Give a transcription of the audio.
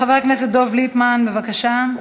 חבר הכנסת דב ליפמן, בבקשה,